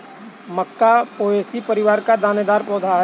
मक्का Poaceae परिवार का दानेदार पौधा है